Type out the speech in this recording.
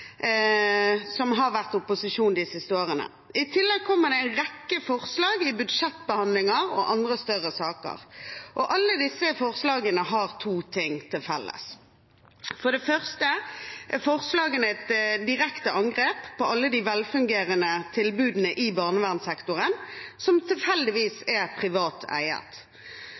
som har vært i opposisjon de siste årene. I tillegg kommer det en rekke forslag i budsjettbehandlinger og andre større saker. Alle disse forslagene har to ting til felles. For det første er forslagene et direkte angrep på alle de velfungerende tilbudene i barnevernssektoren som tilfeldigvis er privat eiet.